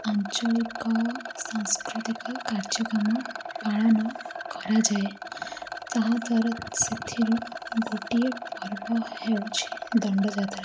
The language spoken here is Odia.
ଆଞ୍ଚଳିକ ସାଂସ୍କୃତିକ କାର୍ଯ୍ୟକ୍ରମ ପାଳନ କରାଯାଏ ତାହାଦ୍ୱାରା ସେଥିରୁ ଗୋଟିଏ ପର୍ବ ହେଉଛି ଦଣ୍ଡଯାତ୍ରା